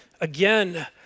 Again